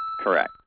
Correct